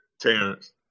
Terrence